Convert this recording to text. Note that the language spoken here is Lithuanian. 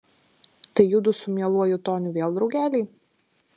tai judu su mieluoju toniu vėl draugeliai